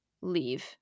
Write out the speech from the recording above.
leave